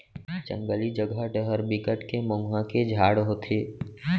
जंगली जघा डहर बिकट के मउहा के झाड़ होथे